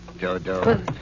Dodo